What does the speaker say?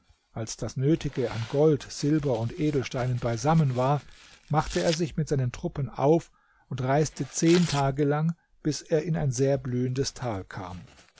als das nötige an gold silber und edelsteinen beisammen war machte er sich mit seinen truppen auf und reiste zehn tage lang bis er in ein sehr blühendes tal kam